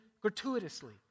gratuitously